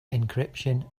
encryption